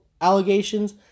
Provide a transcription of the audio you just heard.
allegations